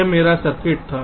यह मेरा सर्किट था